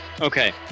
Okay